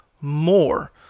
more